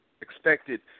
expected